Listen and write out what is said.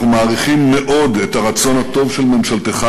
אנחנו מעריכים מאוד את הרצון הטוב של ממשלתך